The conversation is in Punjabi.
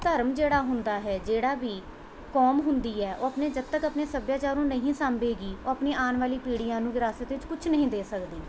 ਧਰਮ ਜਿਹੜਾ ਹੁੰਦਾ ਹੈ ਜਿਹੜਾ ਵੀ ਕੌਮ ਹੁੰਦੀ ਹੈ ਉਹ ਆਪਣੇ ਜਦ ਤੱਕ ਆਪਣੇ ਸੱਭਿਆਚਾਰ ਨੂੰ ਨਹੀਂ ਸਾਂਭੇਗੀ ਉਹ ਆਪਣੀ ਆਉਣ ਵਾਲੀ ਪੀੜੀਆਂ ਨੂੰ ਵਿਰਾਸਤ ਵਿੱਚ ਕੁਝ ਨਹੀਂ ਦੇ ਸਕਦੀ